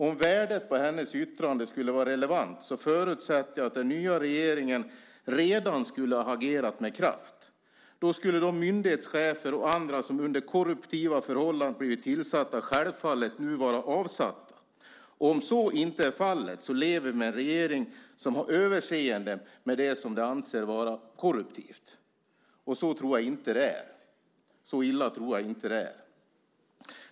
Om värdet på hennes yttrande skulle vara relevant förutsätter jag att den nya regeringen redan skulle ha agerat med kraft. Då skulle de myndighetschefer och andra som blivit tillsatta under korruptiva förhållanden självfallet nu vara avsatta. Om så inte är fallet lever vi med en regering som har överseende med det som den anser vara korruptivt. Och så illa tror jag inte att det är.